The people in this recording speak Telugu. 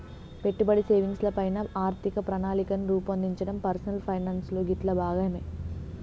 పెట్టుబడి, సేవింగ్స్ ల పైన ఆర్థిక ప్రణాళికను రూపొందించడం పర్సనల్ ఫైనాన్స్ లో గిట్లా భాగమే